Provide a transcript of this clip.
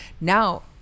Now